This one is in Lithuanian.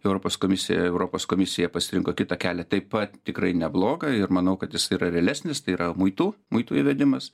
europos komisija europos komisija pasirinko kitą kelią taip pat tikrai neblogą ir manau kad jis yra realesnis tai yra muitų muitų įvedimas